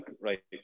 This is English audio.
Right